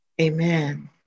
amen